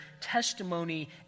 testimony